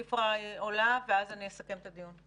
שפרה תדבר ואז אני אסכם את הדיון.